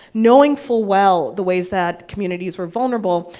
knowing full well the ways that communities were vulnerable.